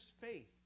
faith